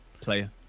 player